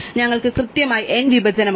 അതിനാൽ ഞങ്ങൾക്ക് കൃത്യമായി n വിഭജനം ഉണ്ട്